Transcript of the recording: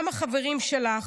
גם החברים שלך,